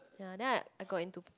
ya then I I got into